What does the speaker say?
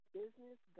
business